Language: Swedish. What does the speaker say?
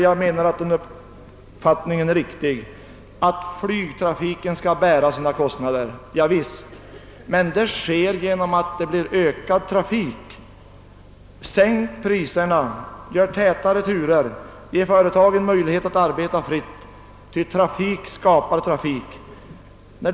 Jag delar uppfattningen att flygtrafiken skall bära sina egna kostnader, men det skall ske genom att trafiken ökar. Sänk priserna, öka turtätheten och ge företagen möjligheter att arbeta fritt! Trafik skapar nämligen trafik.